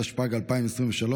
התשפ"ג 2023,